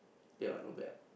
K what not bad